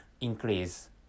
increase